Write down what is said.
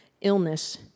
illness